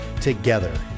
together